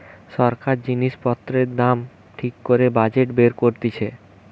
সরকার জিনিস পত্রের দাম ঠিক করে বাজেট বের করতিছে